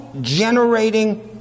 generating